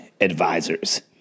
advisors